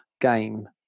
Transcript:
game